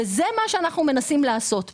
זה מה שאנחנו מנסים לעשות פה.